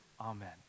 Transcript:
Amen